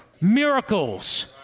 miracles